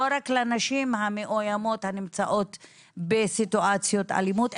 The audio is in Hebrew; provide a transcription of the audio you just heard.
לא רק לנשים המאוימות הנמצאות בסיטואציות אלימות,